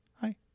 Hi